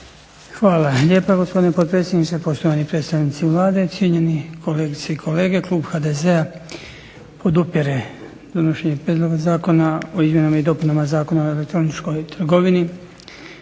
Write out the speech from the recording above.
Hvala lijepa gospodine potpredsjedniče, poštovani predstavnici Vlade, cijenjeni kolegice i kolege. Klub HDZ-a podupire donošenje prijedloga Zakona o izmjenama i dopunama Zakona o elektroničkoj trgovini.